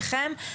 ללב שניכם,